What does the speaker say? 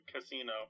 casino